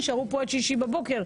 יישארו פה עד יום שישי בבוקר,